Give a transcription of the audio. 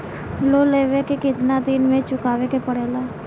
Loan लेवे के कितना दिन मे चुकावे के पड़ेला?